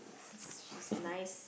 s~ she's a nice